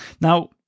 Now